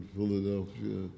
Philadelphia